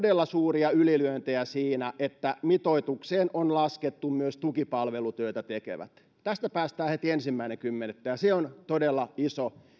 todella suuria ylilyöntejä siinä että mitoitukseen on laskettu myös tukipalvelutyötä tekevät päästään heti ensimmäinen kymmenettä ja se on todella iso